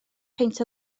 peint